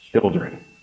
children